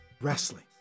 wrestling